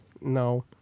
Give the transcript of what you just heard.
No